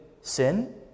sin